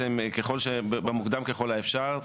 מוקדם ככל האפשר,